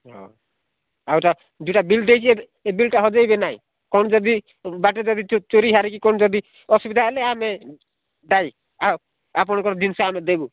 ହଁ ଆଉ ତ ଦୁଇଟା ବିଲ୍ ଦେଇଛି ଏ ବିଲ୍ଟା ହଜେଇବେ ନାହିଁ କ'ଣ ଯଦି ବାଟରେ ଯଦି ଚୋରି ହାରି କି କ'ଣ ଯଦି ଅସୁବିଧା ହେଲେ ଆମେ ଦାୟୀ ଆପଣଙ୍କର ଜିନିଷ ଆମେ ଦେବୁ